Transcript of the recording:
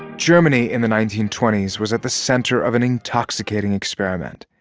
germany in the nineteen twenty s was at the center of an intoxicating experiment.